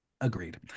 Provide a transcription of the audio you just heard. Agreed